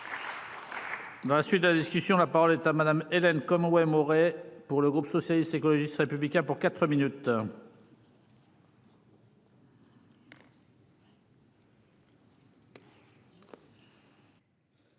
Dans la suite de la discussion. La parole est à madame Hélène comme ouais commémorer pour le groupe socialiste, écologiste républicains pour 4 minutes.